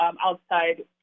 outside